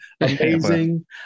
Amazing